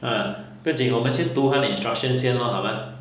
ha 我们先读它的 instructions 先 loh 好吗